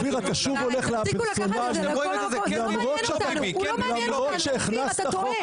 אופיר אתה שוב הולך לפרסונלי למרות שהכנסת פה.